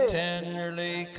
tenderly